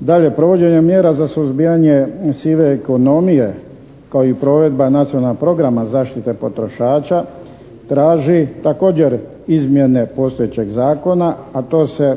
Dalje, provođenje mjera za suzbijanje sive ekonomije kao i provedba Nacionalnog programa zaštite potrošača traži također izmjene postojećeg zakona a to se